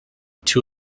two